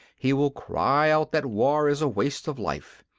he will cry out that war is a waste of life,